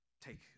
take